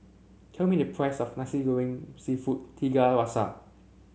tell me the price of Nasi Goreng seafood Tiga Rasa